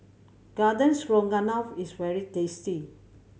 Garden Stroganoff is very tasty